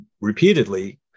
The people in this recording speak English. repeatedly